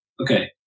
okay